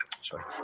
sorry